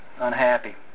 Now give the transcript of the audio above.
unhappy